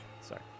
Sorry